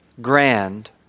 grand